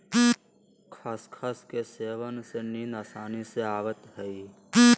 खसखस के सेवन से नींद आसानी से आवय हइ